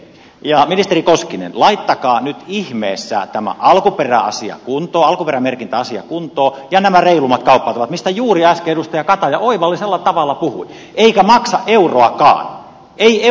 ja ministeri koskinen laittakaa nyt ihmeessä tämä alkuperämerkintäasia kuntoon ja nämä reilummat kauppatavat mistä juuri äsken edustaja kataja oivallisella tavalla puhui eikä maksa euroakaan ei euroakaan budjetissa